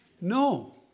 No